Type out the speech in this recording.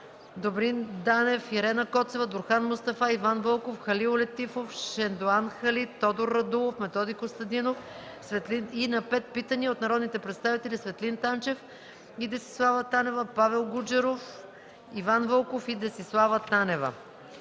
Добрин Данев; Дурхан Мустафа; Иван Вълков; Халил Летифов и Шендоан Халит; Тодор Радулов; Методи Костадинов и на пет питания от народните представители Светлин Танчев и Десислава Танева, Павел Гуджеров; Иван Вълков и Десислава Танева.